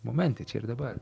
momente čia ir dabar